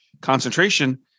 concentration